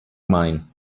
mine